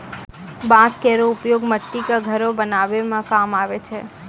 बांस केरो उपयोग मट्टी क घरो बनावै म काम आवै छै